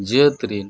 ᱡᱟᱹᱛ ᱨᱤᱱ